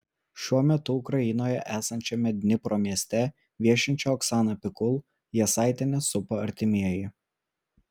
šiuo metu ukrainoje esančiame dnipro mieste viešinčią oksaną pikul jasaitienę supa artimieji